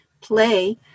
play